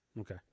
okay